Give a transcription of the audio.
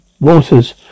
Waters